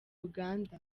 uganda